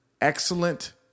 excellent